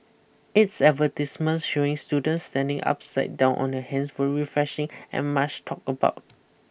its advertisements showing students standing upside down on their hands were refreshing and much talked about